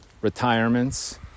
retirements